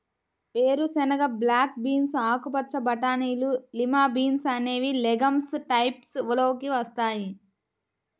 వేరుశెనగ, black beans, ఆకుపచ్చ బటానీలు, లిమా బీన్స్ అనేవి లెగమ్స్ టైప్స్ లోకి వస్తాయి